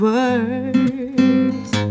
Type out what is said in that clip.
words